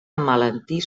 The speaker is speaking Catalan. emmalaltir